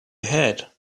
had